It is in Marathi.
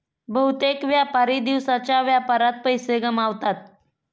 बहुतेक व्यापारी दिवसाच्या व्यापारात पैसे गमावतात